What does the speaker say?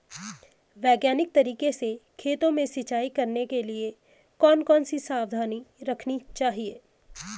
वैज्ञानिक तरीके से खेतों में सिंचाई करने के लिए कौन कौन सी सावधानी रखनी चाहिए?